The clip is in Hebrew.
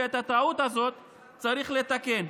ואת הטעות הזו צריך לתקן.